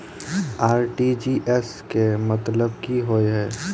RTGS केँ मतलब की होइ हय?